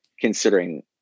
considering